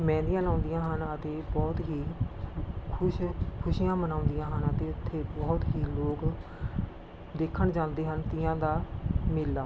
ਮਹਿੰਦੀਆਂ ਲਾਉਂਦੀਆਂ ਹਨ ਅਤੇ ਬਹੁਤ ਹੀ ਖੁਸ਼ ਖੁਸ਼ੀਆਂ ਮਨਾਉਂਦੀਆਂ ਹਨ ਅਤੇ ਉੱਥੇ ਬਹੁਤ ਹੀ ਲੋਕ ਦੇਖਣ ਜਾਂਦੇ ਹਨ ਤੀਆਂ ਦਾ ਮੇਲਾ